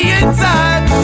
inside